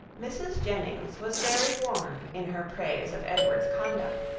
mrs. jennings was very warm in her praise of edward's conduct,